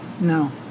No